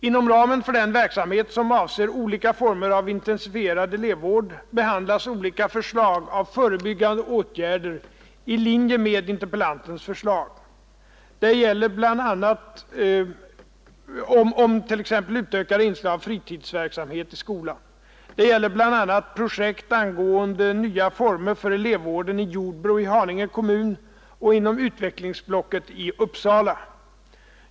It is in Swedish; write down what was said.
Inom ramen för den verksamhet som avser olika former av intensifierad elevvård behandlas olika slag av förebyggande åtgärder i linje med interpellantens förslag om t.ex. utökade inslag av fritidsverksamhet i skolan. Det gäller bl.a. projekt angående nya former för elevvården i Jordbro i Haninge kommun och inom utvecklingsblocket i Uppsala.